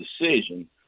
decision